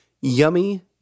yummy